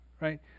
right